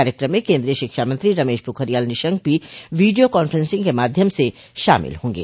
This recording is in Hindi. कार्यक्रम में केंद्रीय शिक्षा मंत्री रमेश पोखरियाल निशंक भी वीडियो कॉन्फ्रेंसिंग के माध्यम से शामिल होंगे